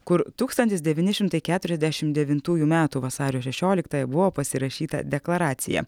kur tūkstantis devyni šimtai keturiasdešimt devintųjų metų vasario šešioliktąją buvo pasirašyta deklaracija